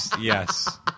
Yes